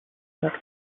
that